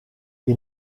you